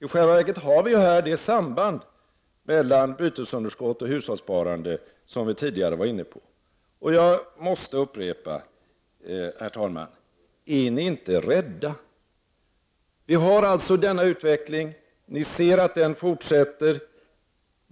I själva verket har vi här det samband mellan bytesunderskott och hushållssparande som jag tidigare var inne på. Jag måste upprepa: Är ni inte rädda? Vi har den utveckling som jag här har beskrivit. Ni ser att den fortsätter.